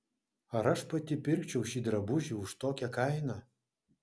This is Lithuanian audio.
ar aš pati pirkčiau šį drabužį už tokią kainą